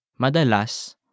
Madalas